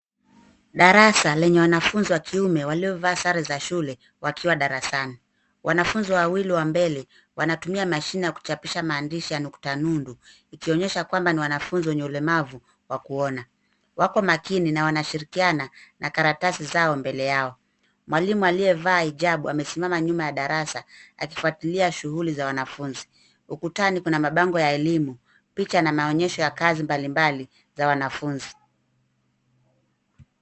Darasa, lenye wanafunzi wa kiume, waliovaa sare za shule wakiwa darasani. Wanafunzi wawili wa mbele wanatumia mashine ya kuchapisha maandishi ya nukta nundu, ikionyesha kwamba ni wanafunzi wenye ulemavu wa kuona. Wako makini na wanashirikiana na karatasi zao mbele yao. Mwalimu aliyevaa hijabu, amesimama nyuma ya darasa akifuatilia shughuli za wanafunzi. Ukutani kuna mabango ya elimu, picha na maonyesho ya kazi mbalimbali za wanafunzi.